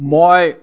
মই